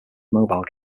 mobile